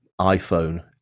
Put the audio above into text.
iphone